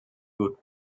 good